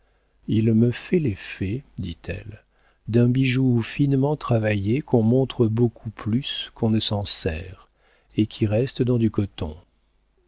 il me fait l'effet dit-elle d'un bijou finement travaillé qu'on montre beaucoup plus qu'on ne s'en sert et qui reste dans du coton